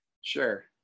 Sure